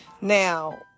Now